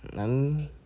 mm